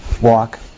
walk